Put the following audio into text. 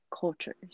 cultures